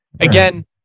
Again